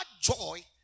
joy